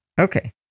Okay